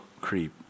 creep